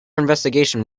investigation